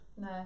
No